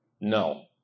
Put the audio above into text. no